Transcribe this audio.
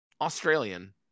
Australian